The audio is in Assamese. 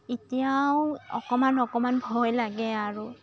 এতিয়াও অকণমান অকণমান ভয় লাগে আৰু